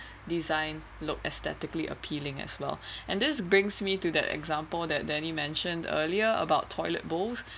design look aesthetically appealing as well and this brings me to that example that danielle mentioned earlier about toilet bowls